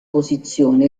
posizione